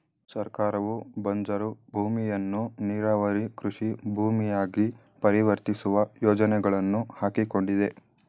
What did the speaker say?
ಸರ್ಕಾರವು ಬಂಜರು ಭೂಮಿಯನ್ನು ನೀರಾವರಿ ಕೃಷಿ ಭೂಮಿಯಾಗಿ ಪರಿವರ್ತಿಸುವ ಯೋಜನೆಗಳನ್ನು ಹಾಕಿಕೊಂಡಿದೆ